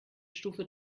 stufe